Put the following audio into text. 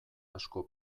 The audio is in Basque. asko